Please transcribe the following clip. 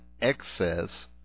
excess